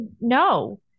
no